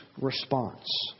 response